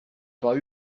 pas